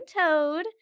Toad